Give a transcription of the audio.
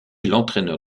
l’entraîneur